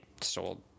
sold